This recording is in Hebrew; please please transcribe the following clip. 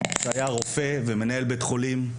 שהיה רופא ומנהל בית חולים,